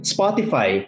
Spotify